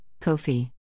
Kofi